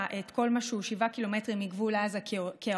את כל מה שהוא 7 קילומטרים מגבול עזה כעוטף,